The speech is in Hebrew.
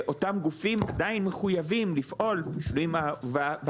אותם גופים עדיין מחויבים לפעול בהתאמות